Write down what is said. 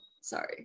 sorry